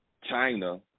China